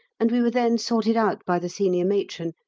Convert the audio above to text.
and we were then sorted out by the senior matron,